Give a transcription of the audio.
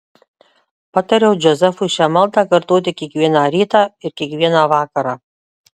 patariau džozefui šią maldą kartoti kiekvieną rytą ir kiekvieną vakarą